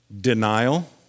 Denial